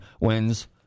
wins